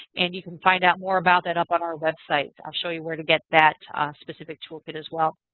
and you can find out more about that up on our website. i'll show you where to get that specific toolkit as well.